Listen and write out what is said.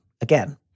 again